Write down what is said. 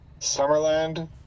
summerland